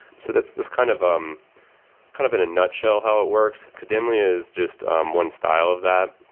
so that's this kind of um kind of in a nutshell how it works. kademlia is just um one style of that,